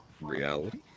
reality